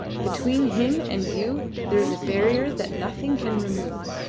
between him and you there is a barrier that nothing can remove.